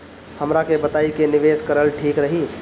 हमरा के बताई की निवेश करल ठीक रही?